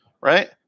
Right